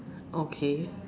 okay